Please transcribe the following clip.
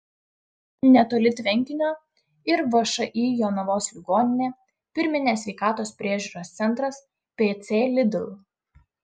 netoli tvenkinio ir všį jonavos ligoninė pirminės sveikatos priežiūros centras pc lidl